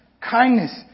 kindness